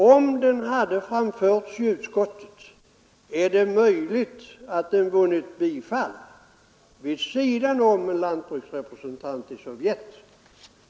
Om begäran om tjänsten hade framförts i utskottet är det möjligt att den tjänsten hade tillstyrkts vid sidan om en lantbruksrepresentant i Sovjet.